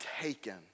taken